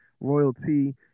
royalty